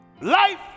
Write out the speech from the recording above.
Life